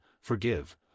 forgive